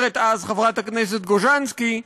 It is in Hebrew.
אומרת אז חברת הכנסת גוז'נסקי,